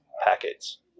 packets